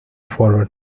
forward